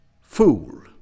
Fool